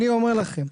אני אומר לכם,